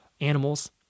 animals